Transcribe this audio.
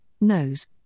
nose